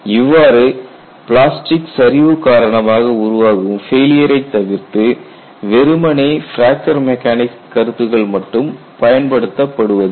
இவ்வாறு பிளாஸ்டிக் சரிவு காரணமாக உருவாகும் ஃபெயிலியரை தவிர்த்து வெறுமனே பிராக்சர் மெக்கானிக்ஸ் கருத்துக்கள் மட்டும் பயன்படுத்தப்படுவதில்லை